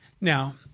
Now